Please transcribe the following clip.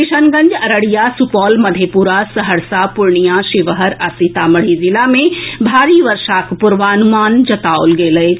किशनगंज अररिया सुपौल मधेपुरा सहरसा पूर्णियां शिवहर आ सीतामढ़ी जिला मे भारी बर्षाक पूर्वानुमान जताओल गेल अछि